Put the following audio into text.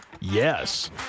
Yes